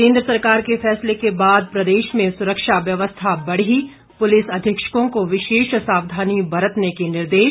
केंद्र सरकार के फैसले के बाद प्रदेश में सुरक्षा व्यवस्था बढ़ी पुलिस अधीक्षकों को विशेष सावधानी बरतने के निर्देश